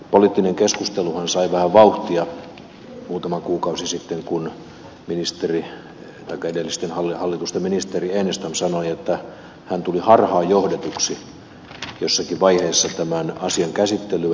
poliittinen keskusteluhan sai vähän vauhtia muutama kuukausi sitten kun edellisten hallitusten ministeri enestam sanoi että hän tuli harhaanjohdetuksi jossakin vaiheessa tämän asian käsittelyä